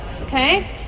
Okay